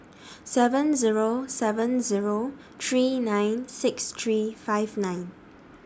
seven Zero seven Zero three nine six three five nine